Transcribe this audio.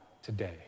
Today